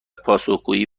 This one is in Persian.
پاسخگویی